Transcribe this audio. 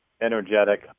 energetic